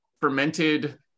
fermented